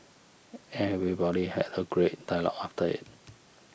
everybody had a great dialogue after it